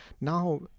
now